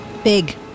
big